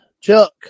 Chuck